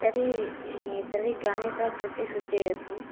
तर्हि तर्हि गणेश कृते सूचयतु